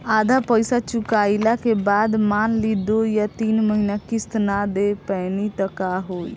आधा पईसा चुकइला के बाद मान ली दो या तीन महिना किश्त ना दे पैनी त का होई?